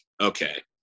okay